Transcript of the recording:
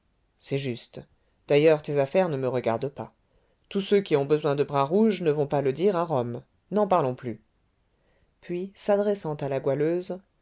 c'est juste d'ailleurs tes affaires ne me regardent pas tous ceux qui ont besoin de bras rouge ne vont pas le dire à rome n'en parlons plus puis s'adressant à la goualeuse